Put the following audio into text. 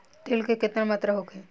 तेल के केतना मात्रा होखे?